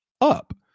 up